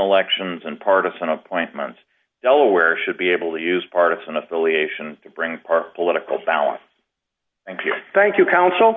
elections and partisan appointments delaware should be able to use partisan affiliation to bring our political balance thank you thank you counsel